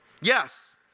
Yes